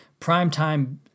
primetime